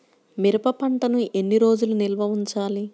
మిరప పంటను ఎన్ని రోజులు నిల్వ ఉంచాలి?